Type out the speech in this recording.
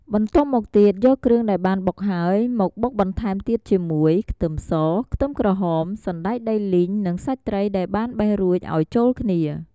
បន្ទាប់មកទៀតយកគ្រឿងដែលបានបុកហើយ មកបុកបន្ថែមទៀតជាមួយ ខ្ទឹមស ខ្ទឹមក្រហម សណ្ដែកដីលីង និងសាច់ត្រីដែលបានបេះរួចឲ្យចូលគ្នា។